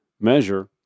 measure